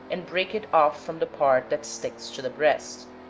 and break it off from the part that sticks to the breast.